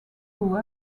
grew